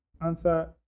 answer